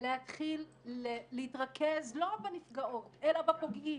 ולהתחיל להתרכז לא רק בנפגעות אלא בפוגעים,